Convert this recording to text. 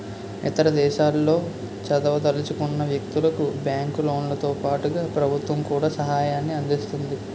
ఇతర దేశాల్లో చదవదలుచుకున్న వ్యక్తులకు బ్యాంకు లోన్లతో పాటుగా ప్రభుత్వం కూడా సహాయాన్ని అందిస్తుంది